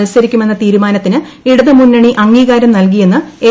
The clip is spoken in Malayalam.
മത്സരിക്കുമെന്ന് തീരുമാനത്തിന് ഇടതുമുന്നണി അംഗീകാരം നൽകിയെന്ന് എൽ